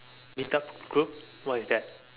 little group what is that